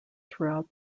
throughout